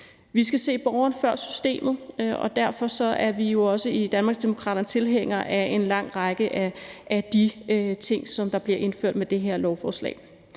Vi skal se borgeren før systemet, og derfor er vi også i Danmarksdemokraterne tilhængere af en lang række af de ting, der bliver indført med det her lovforslag.